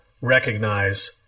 recognize